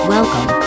Welcome